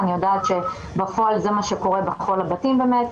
אני יודעת שזה מה שקורה בפועל בכל הבתים באמת,